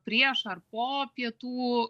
prieš ar po pietų